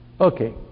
Okay